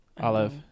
Olive